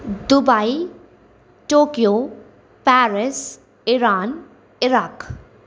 Dubai Tokyo Paris Iran Iraq